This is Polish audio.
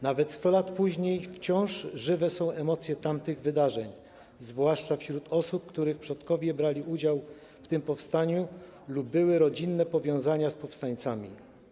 Nawet 100 lat później wciąż żywe są emocje tamtych wydarzeń, zwłaszcza wśród osób, których przodkowie brali udział w tym powstaniu lub istniały rodzinne powiązania z powstańcami.